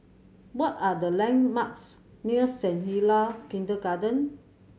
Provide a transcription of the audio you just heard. what are the landmarks near Saint Hilda Kindergarten